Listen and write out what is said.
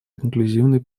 инклюзивный